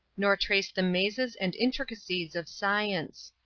nor trace the mazes and intricacies of science.